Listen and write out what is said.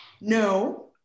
No